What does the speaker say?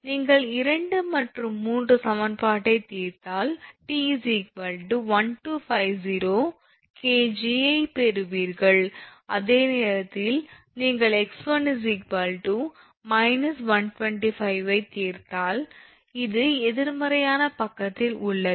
நீங்கள் 2 மற்றும் 3 சமன்பாட்டைத் தீர்த்தால் 𝑇 1250 𝐾𝑔 ஐப் பெறுவீர்கள் அதே நேரத்தில் நீங்கள் 𝑥1 −125 ஐத் தீர்த்தால் இது எதிர்மறையான பக்கத்தில் உள்ளது